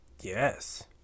Yes